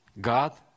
God